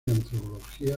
antropología